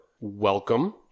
welcome